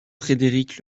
frédéric